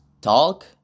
talk